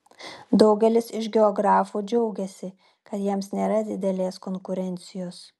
daugelis iš geografų džiaugiasi kad jiems nėra didelės konkurencijos